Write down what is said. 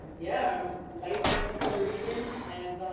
yeah. i'm light skinned puerto rican and.